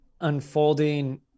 unfolding